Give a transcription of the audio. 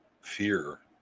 Fear